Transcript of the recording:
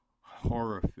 horror